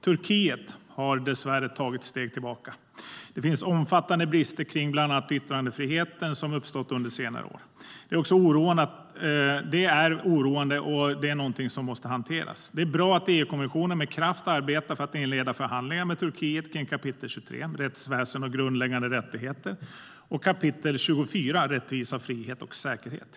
Turkiet har dessvärre tagit steg tillbaka. Det finns omfattande brister kring bland annat yttrandefriheten som uppstått under senare år. Det är oroande, och det är någonting som måste hanteras. Det är bra att EU-kommissionen med kraft arbetar för att inleda förhandlingar med Turkiet kring kapitel 23, rättsväsen och grundläggande rättigheter, och kapitel 24, rättvisa, frihet och säkerhet.